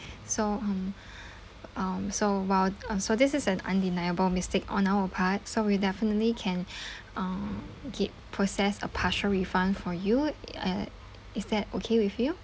so um um so while um so this is an undeniable mistake on our part so we definitely can uh get process a partial refund for you uh is that okay with you